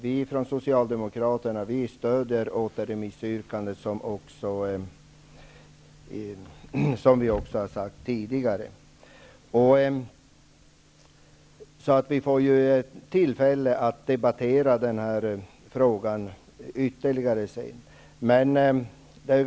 Vi från socialdemokraterna stöder återremissyrkandet, som vi har sagt tidigare. Det blir sedan tillfälle att debattera denna fråga ytterligare.